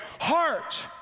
heart